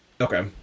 okay